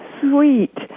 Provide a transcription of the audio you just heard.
sweet